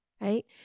right